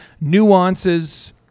nuances